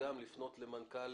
לפנות למנכ"ל